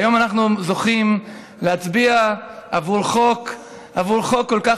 היום אנחנו זוכים להצביע עבור חוק כל כך